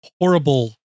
horrible